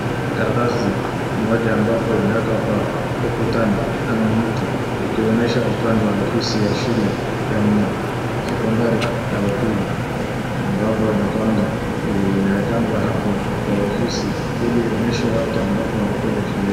Karatasi moja ambayo imewekwa kwa ukuta ama mti ikionyesha upande wa ofisi ya shule ya sekondari ya upili ambapo inawekangwa apo kwa ofisi hili ionyeshe watu ambao wanakuja shule.